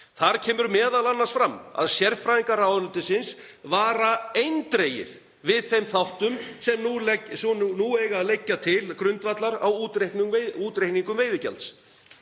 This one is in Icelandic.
Þar kemur m.a. fram að sérfræðingar ráðuneytisins vara eindregið við þeim þáttum sem nú eiga að liggja til grundvallar á útreikningum veiðigjalds.